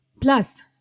Plus